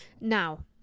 Now